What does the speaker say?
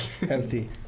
healthy